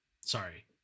sorry